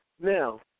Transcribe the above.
Now